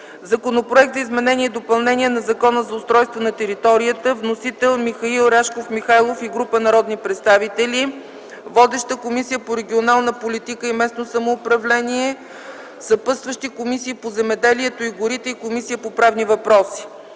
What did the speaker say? Законопроект за изменение и допълнение на Закона за устройството на територията. Вносители са Михаил Рашков Михайлов и група народни представители. Водеща е Комисията по регионална политика и местно самоуправление. Съпътстващи са Комисията по земеделието и горите и Комисията по правни въпроси.